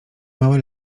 małe